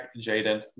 Jaden